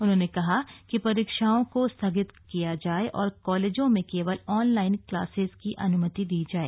उन्होंने कहा कि परीक्षाओं को स्थगित किया जाए और कॉलेजों में केवल ऑनलाइन क्लासेज की अनुमति दी जाए